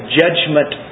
judgment